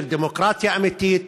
של דמוקרטיה אמיתית,